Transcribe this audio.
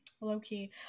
low-key